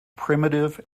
primitive